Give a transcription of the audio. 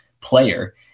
player